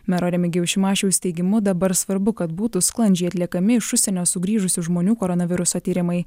mero remigijaus šimašiaus teigimu dabar svarbu kad būtų sklandžiai atliekami iš užsienio sugrįžusių žmonių koronaviruso tyrimai